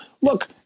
Look